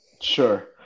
Sure